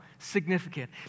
Significant